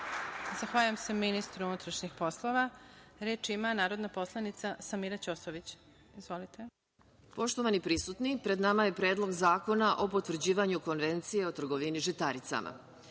Zahvaljujem se ministru unutrašnjih poslova. Reč ima narodna poslanica Samira Ćosović. Izvolite. **Samira Ćosović** Poštovani prisutni, pred nama je Predlog zakona o potvrđivanju Konvencije o trgovini žitaricama.